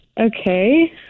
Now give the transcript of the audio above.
Okay